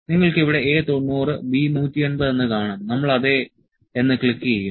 നിങ്ങൾക്ക് ഇവിടെ A 90 B 180 എന്ന് കാണാം നമ്മൾ അതെ എന്ന് ക്ലിക്ക് ചെയ്യും